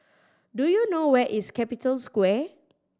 do you know where is Capital Square